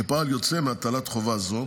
כפועל יוצא מהטלת חובה זו